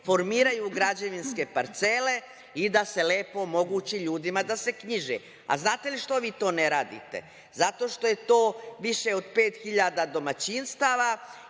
formiraju građevinske parcele i da se lepo omogući ljudima da se knjiže. Znate li što vi to ne radite? Zato što je to više od 5.000 domaćinstava